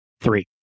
Three